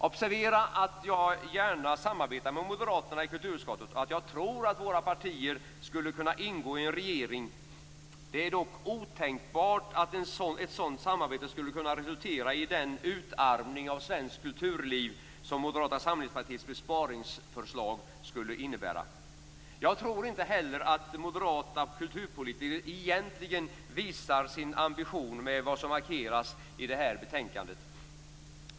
Observera att jag gärna samarbetar med moderaterna i kulturutskottet och att jag tror att våra partier skulle kunna ingå i en regering. Det är dock otänkbart att ett sådant samarbete skulle kunna resultera i den utarmning av svenskt kulturliv som Moderata samlingspartiets besparingsförslag skulle innebära. Jag tror inte heller att moderata kulturpolitiker egentligen visar sin ambition med vad som markeras i det här betänkandet.